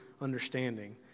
understanding